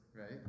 right